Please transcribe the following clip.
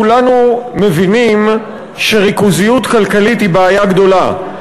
כולנו מבינים שריכוזיות כלכלית היא בעיה גדולה.